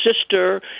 sister